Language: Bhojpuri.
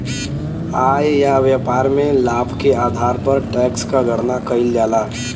आय या व्यापार में लाभ के आधार पर टैक्स क गणना कइल जाला